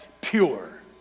pure